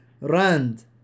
rand